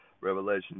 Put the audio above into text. Revelation